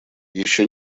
еще